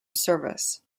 service